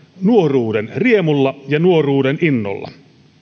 nuoruuden riemulla ja nuoruuden innolla